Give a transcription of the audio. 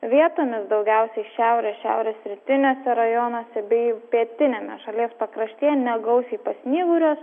vietomis daugiausiai šiaurės šiaurės rytiniuose rajonuose bei pietiniame šalies pakraštyje negausiai pasnyguriuos